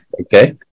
Okay